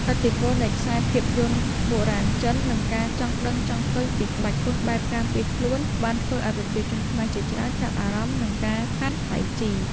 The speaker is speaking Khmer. ឥទ្ធិពលនៃខ្សែភាពយន្តបុរាណចិន និងការចង់ដឹងចង់ឃើញពីក្បាច់គុណបែបការពារខ្លួន បានធ្វើឱ្យប្រជាជនខ្មែរជាច្រើនចាប់អារម្មណ៍នឹងការហាត់តៃជី។